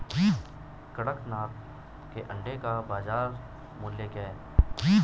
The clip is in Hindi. कड़कनाथ के अंडे का बाज़ार मूल्य क्या है?